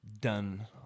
done